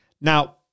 Now